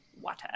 water